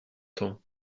temps